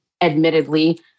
admittedly